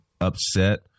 upset